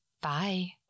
Bye